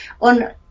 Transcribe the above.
on